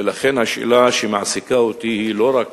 ולכן השאלה שמעסיקה אותי היא לא רק